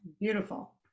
beautiful